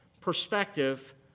perspective